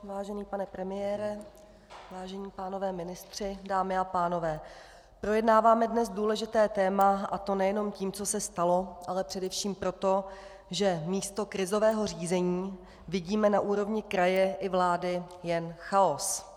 Vážený pane premiére, vážení pánové ministři, dámy a pánové, projednáváme dnes důležité téma, a to nejenom tím, co se stalo, ale především proto, že místo krizového řízení vidíme na úrovni kraje i vlády jen chaos.